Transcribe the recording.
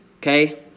Okay